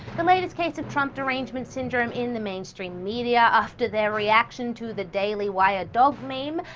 the latest case of trump derangement syndrome in the mainstream media after their reaction to the daily wire dog meme,